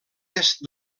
est